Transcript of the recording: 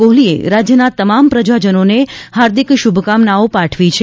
કોહલીએ રાજ્યના તમામ પ્રજાજનોને હાર્દિક શુભકામનાઓ પાઠવી છે